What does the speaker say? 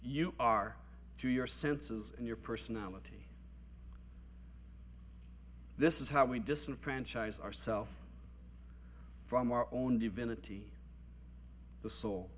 you are through your senses and your personality this is how we disenfranchise ourself from our own divinity the soul